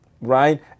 right